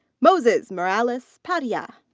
moises morales padiilla.